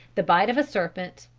the bite of a serpent,